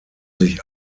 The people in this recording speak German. sich